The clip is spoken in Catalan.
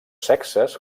sexes